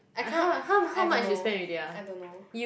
I cannot I don't know I don't know